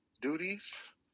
duties